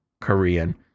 Korean